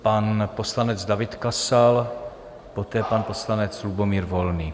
Pan poslanec David Kasal, poté pan poslanec Lubomír Volný.